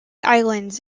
islands